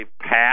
passed